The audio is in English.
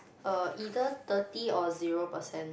err either thirty or zero percent